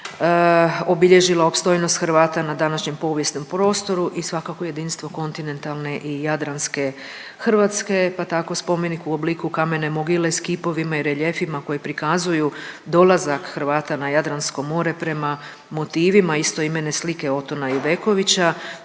obilježila opstojnost Hrvata na današnjem povijesnom prostoru i svakako jedinstvo kontinentalne i jadranske Hrvatske. Pa tako spomenik u obliku kamene mogile sa kipovima i reljefima koje prikazuju dolazak Hrvata na Jadransko more prema motivima istoimene slike Otona Ivekovića